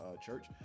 church